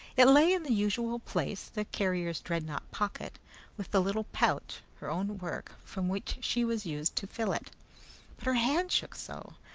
it lay in the usual place the carrier's dreadnought pocket with the little pouch, her own work, from which she was used to fill it but her hand shook so,